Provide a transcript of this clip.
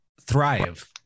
thrive